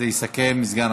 יש שר במליאה.